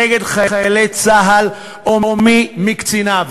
נגד חיילי צה"ל או מי מקציניו.